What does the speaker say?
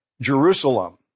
Jerusalem